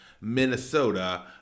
Minnesota